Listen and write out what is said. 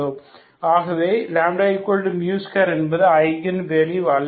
ஆகவே λ2 என்பது eigen value அல்ல